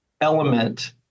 element